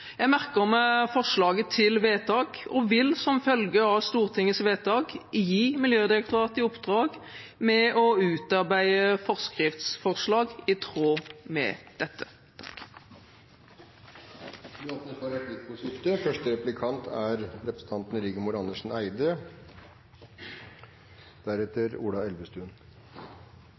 forslaget til vedtak og vil som følge av Stortingets vedtak gi Miljødirektoratet i oppdrag å utarbeide forskriftsforslag i tråd med dette. Det blir replikkordskifte.